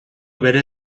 bere